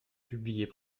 publiés